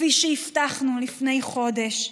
כפי שהבטחנו לפני חודש.